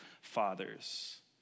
fathers